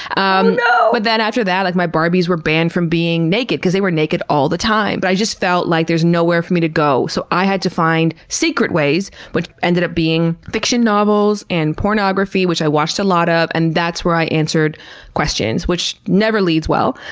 um but then after that, like my barbies were banned from being naked because they were naked all the time. but i just felt like there's nowhere for me to go. so, i had to find secret ways which ended up being fiction novels and pornography, which i watched a lot of. and that's where i answered questions, which never leads well.